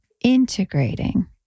integrating